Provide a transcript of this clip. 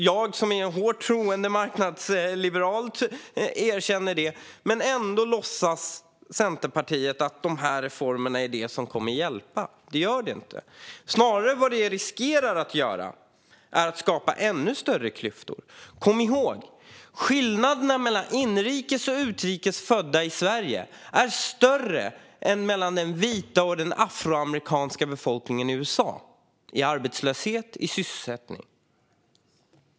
Jag, som är en starkt troende marknadsliberal, erkänner det. Ändå låtsas Centerpartiet att de här reformerna är det som kommer att hjälpa. Men det gör de inte. De riskerar snarare att skapa ännu större klyftor. Kom ihåg att skillnaderna mellan inrikes och utrikes födda i Sverige är större än skillnaderna mellan den vita och den afroamerikanska befolkningen i USA i arbetslöshet och i sysselsättning!